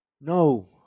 No